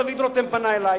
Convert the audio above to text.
דוד רותם פנה אלי,